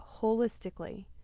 holistically